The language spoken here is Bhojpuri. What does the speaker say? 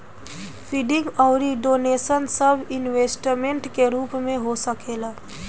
फंडिंग अउर डोनेशन सब इन्वेस्टमेंट के रूप में हो सकेला